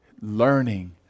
learning